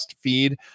feed